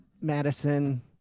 Madison